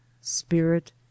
Spirit